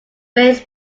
bass